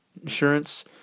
insurance